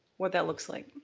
what that looks like?